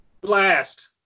blast